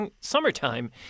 summertime